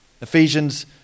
Ephesians